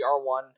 R1